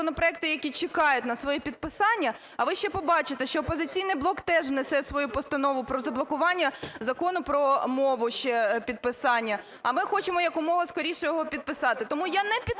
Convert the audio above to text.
законопроекти, які чекають на своє підписання… А ви ще побачите, що "Опозиційний блок" теж внесе свою постанову про заблокування Закону про мову ще підписання. А ми хочемо якомога скоріше його підписати. Тому я не підтримую